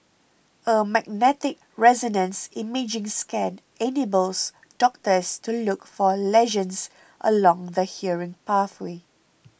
a magnetic resonance imaging scan enables doctors to look for lesions along the hearing pathway